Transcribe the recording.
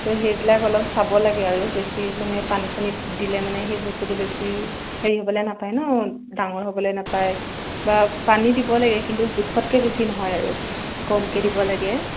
তো সেইবিলাক অলপ চাব লাগে আৰু বেছি মানে পানী চানী দিলে মানে সেই বস্তুটো বেছি হেৰি হ'বলৈ নাপায় ন' ডাঙৰ হ'বলৈ নাপায় বা পানী দিব লাগে কিন্তু জোখতকৈ বেছি নহয় আৰু কমকৈ দিব লাগে